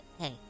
Hey